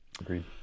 Agreed